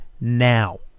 now